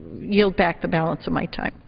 yield back the balance of my time.